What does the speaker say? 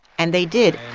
and they did